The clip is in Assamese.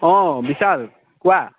অ' বিছাল কোৱা